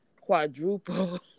quadruple